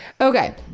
Okay